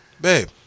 Babe